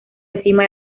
encima